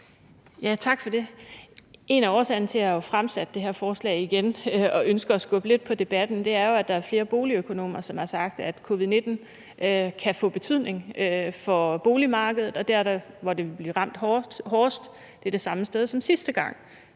Tak for det. En af årsagerne til, at jeg har fremsat det her forslag igen og ønsker at skubbe lidt på debatten, er jo, at der er flere boligøkonomer, der har sagt, at covid-19 kan få betydning for boligmarkedet, og der, hvor det vil blive ramt hårdest, er det samme sted som sidste gang,